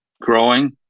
growing